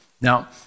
Now